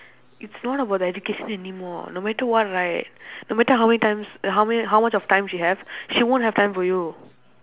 it's not about the education anymore no matter what right no matter how many times how many how much of time she have she won't have time for you